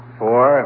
four